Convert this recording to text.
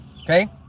Okay